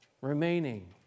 remaining